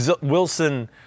Wilson